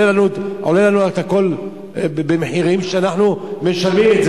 הכול עולה לנו במחירים שאנחנו משלמים.